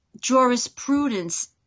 jurisprudence